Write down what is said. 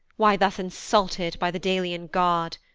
why thus insulted by the delian god?